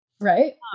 Right